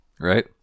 Right